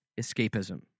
escapism